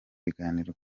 biganiro